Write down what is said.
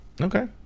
Okay